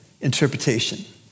interpretation